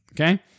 Okay